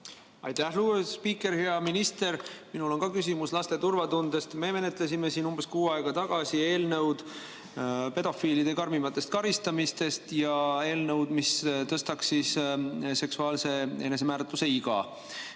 Aitäh, lugupeetud spiiker! Hea minister! Mul on ka küsimus laste turvatunde kohta. Me menetlesime siin umbes kuu aega tagasi eelnõu pedofiilide karmimast karistamisest ja eelnõu, mis tõstaks seksuaalse enesemääramise iga.